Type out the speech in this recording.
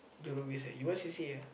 Jurong-Ville-Sec you what C_C_A ah